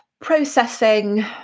processing